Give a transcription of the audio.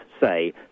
say